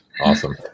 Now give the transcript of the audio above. Awesome